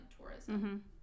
tourism